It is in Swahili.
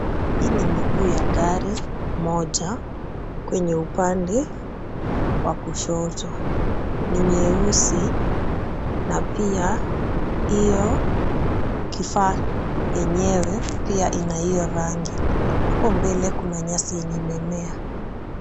Hii ni miguu ya gari moja kwenye upande wa kushoto. Ni nyeusi na pia hiyo kifaa yenyewe pia ina hiyo rangi. Hapo mbele kuna nyasi yenye imemea.